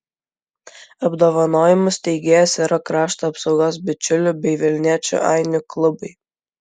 apdovanojimų steigėjais yra krašto apsaugos bičiulių bei vilniečių ainių klubai